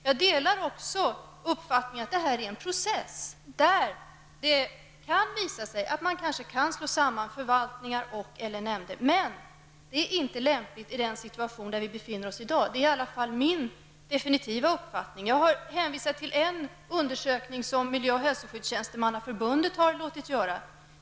Jag delar också uppfattningen att detta är en process där det kan visa sig att man kan slå samman förvaltningar och/eller nämnder, men det är inte lämpligt i den situation där vi befinner oss i dag -- det är i alla fall min absoluta övertygelse. Jag har hänvisat till en undersökning som Miljöoch hälsoskyddstjänstemannaförbundet har låtit göra.